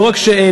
לא רק שאיננה,